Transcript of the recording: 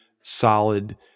solid